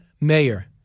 mayor